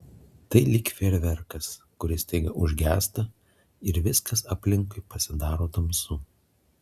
tai lyg fejerverkas kuris staiga užgęsta ir viskas aplinkui pasidaro tamsu